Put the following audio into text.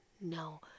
no